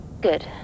Good